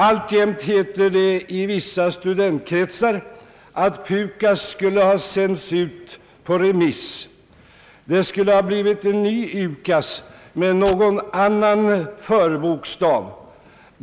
Alltjämt heter det i vissa studentkretsar att PUKAS skulle ha sänts ut på remiss. Följden skulle ha blivit en ny UKAS med någon annan förbokstav.